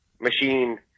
machine